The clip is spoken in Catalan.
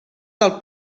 del